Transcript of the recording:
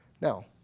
Now